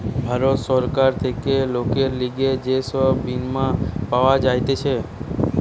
ভারত সরকার থেকে লোকের লিগে যে সব বীমা পাওয়া যাতিছে